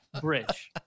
bridge